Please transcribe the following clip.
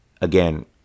again